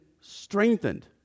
strengthened